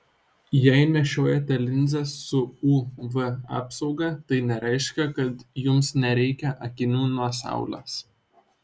jei nešiojate linzes su uv apsauga tai nereiškia kad jums nereikia akinių nuo saulės